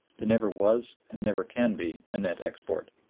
there never was and never can be a net export.